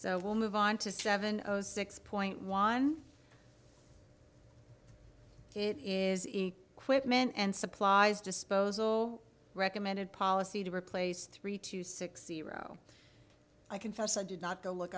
so we'll move on to seven six point one it is a quick men and supplies disposal recommended policy to replace three to six zero i confess i did not go look